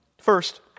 First